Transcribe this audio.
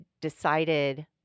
decided